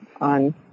on